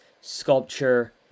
sculpture